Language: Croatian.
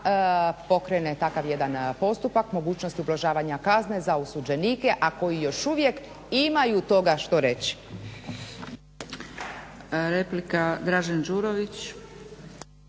pokrene takav jedan postupak, mogućnost ublažavanja kazne za osuđenike, a koji još uvijek imaju toga što reći.